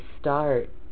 start